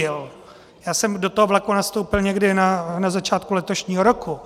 Já jsem do toho vlaku nastoupil někdy na začátku letošního roku.